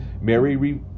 Mary